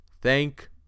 Thank